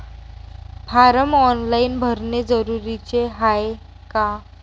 Form online भरने जरुरीचे हाय का?